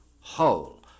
whole